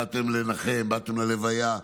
באתם לנחם, באתם ללוויה,